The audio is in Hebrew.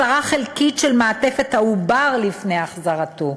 הסרה חלקית של מעטפת העובר לפני החזרתו,